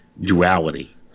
duality